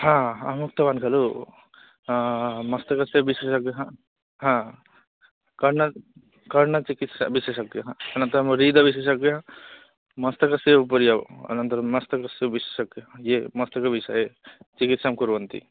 हा अहमुक्तवान् खलु मस्तकस्य विशेषज्ञः हा कर्णः कर्णचिकित्सा विशेषज्ञः अनन्तरं हृदयविशेषज्ञः मस्तकस्य उपरि अनन्तरं मस्तकस्य विशेषज्ञः ये मस्तकविषये चिकित्सां कुर्वन्ति